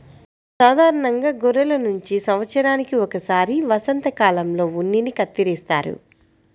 సాధారణంగా గొర్రెల నుంచి సంవత్సరానికి ఒకసారి వసంతకాలంలో ఉన్నిని కత్తిరిస్తారు